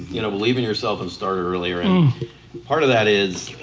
you know, believe in yourself and start earlier and part of that is,